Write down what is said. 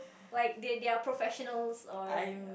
like they they are professionals or